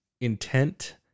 intent